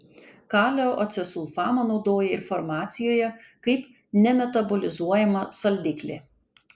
kalio acesulfamą naudoja ir farmacijoje kaip nemetabolizuojamą saldiklį